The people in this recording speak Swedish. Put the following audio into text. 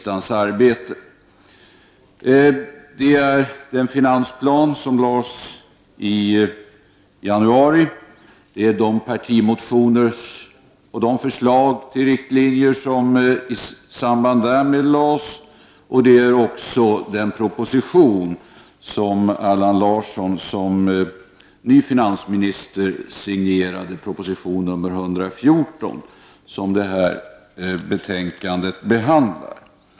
Det är den finansplan som presenterades i januari och de partimotioner och förslag till riktlinjer som lades fram i anslutning därtill och också den proposition, nr 114, som Allan Larsson som ny finansmininster har signerat som det här betänkandet behandlar.